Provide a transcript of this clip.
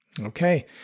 Okay